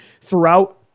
throughout